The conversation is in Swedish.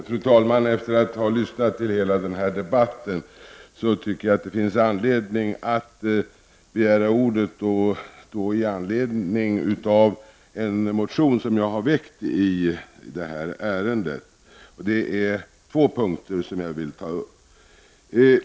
Att begränsa brottsligheten är en av kriminalpolitikens huvuduppgifter. Den brottsförebyggande verksamheten är därvid av central betydelse. Den behöver förbättras och byggas ut främst genom en förstärkning av brottsförebyggande rådet .